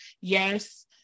yes